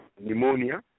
pneumonia